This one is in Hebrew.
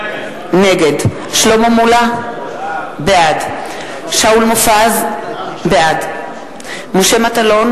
נגד שלמה מולה, בעד שאול מופז, בעד משה מטלון,